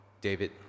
David